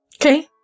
Okay